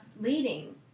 leading